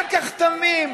כל כך תמים.